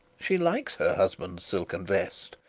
she likes her husband's silken vest,